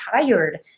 tired